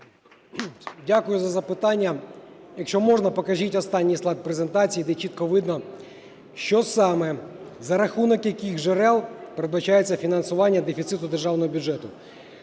Дякую за запитання. Якщо можна, покажіть останній слайд презентації, де чітко видно, що саме, за рахунок яких джерел передбачається фінансування дефіциту державного бюджету.